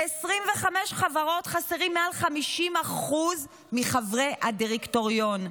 ב-25 חברות חסרים מעל 50% מחברי הדירקטוריון.